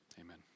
Amen